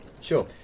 Sure